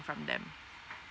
from them